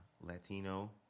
Latino